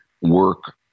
work